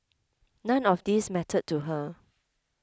none of these mattered to her